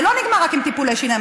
זה לא נגמר רק עם טיפולי שיניים,